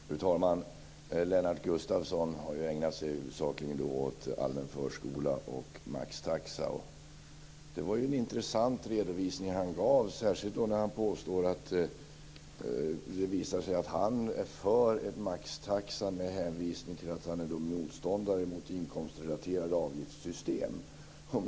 Fru talman! Lennart Gustavsson har ägnat sig huvudsakligen åt allmän förskola och maxtaxa. Det var en intressant redovisning han gav, särskilt när han påstod att han är för en maxtaxa med hänvisning till att han är motståndare till inkomstrelaterade avgiftssystem.